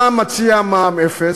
מה מציע מע"מ אפס,